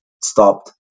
stopped